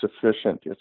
sufficient